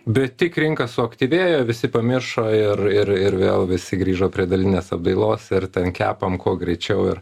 bet tik rinka suaktyvėjo visi pamiršo ir ir ir vėl visi grįžo prie dalinės apdailos ir ten kepam kuo greičiau ir